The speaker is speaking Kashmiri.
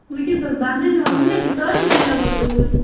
وُنکٮ۪س حظ بنہٕ نٕے نہٕ وُنہِ حظ چھِ سارن دٔریا وٲلۍ اوٗرۍ